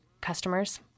customers